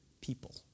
people